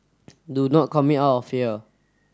do not commit out of fear